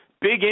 Big